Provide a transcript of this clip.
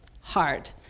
hard